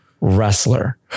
wrestler